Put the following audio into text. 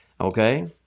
Okay